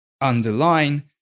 underline